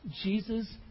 Jesus